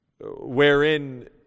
wherein